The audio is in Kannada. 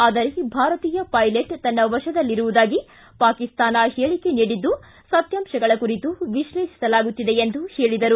ಆದರೆ ಭಾರತೀಯ ಪೈಲಟ್ ತನ್ನ ವಶದಲ್ಲಿರುವುದಾಗಿ ಪಾಕಿಸ್ತಾನ ಹೇಳಿಕೆ ನೀಡಿದ್ದು ಸತ್ಕಾಂಶಗಳ ಕುರಿತು ವಿಶ್ಲೇಷಿಸಲಾಗುತ್ತಿದೆ ಎಂದು ಹೇಳಿದರು